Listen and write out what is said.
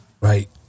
Right